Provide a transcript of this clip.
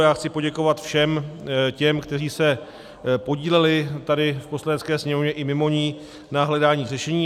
Já chci poděkovat všem těm, kteří se podíleli tady v Poslanecké sněmovně i mimo ni na hledání řešení.